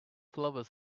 flower